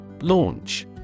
Launch